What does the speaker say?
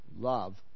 Love